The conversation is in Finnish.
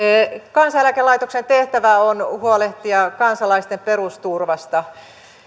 kansaneläkelaitoksen tehtävä on huolehtia kansalaisten perusturvasta